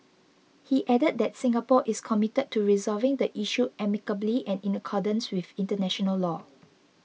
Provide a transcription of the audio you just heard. he added that Singapore is committed to resolving the issue amicably and in accordance with international law